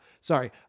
Sorry